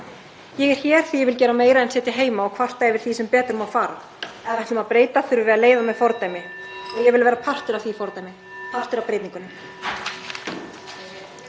Ég er hér því að ég vil gera meira en að sitja heima og kvarta yfir því sem betur má fara. Ef við ætlum að breyta þurfum við að leiða með fordæmi. (Forseti hringir.) Ég vil vera partur af því fordæmi, partur af breytingunum.